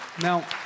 Now